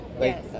Yes